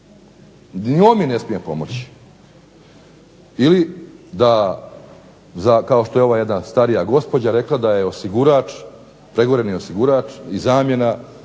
on mi ne smije pomoći, ili kao što je jedna starija gospođa rekla da je osigurač pregoreni osigurač i zamjena